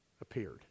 appeared